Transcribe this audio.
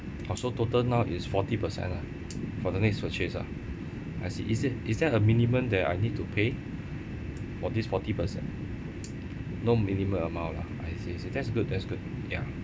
oh so total now is forty percent ah for the next purchase ah I see is it is there a minimum that I need to pay for this forty percent no minimum amount ah I see that's good that's good ya